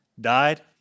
died